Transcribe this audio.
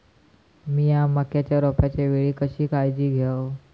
मीया मक्याच्या रोपाच्या वेळी कशी काळजी घेव?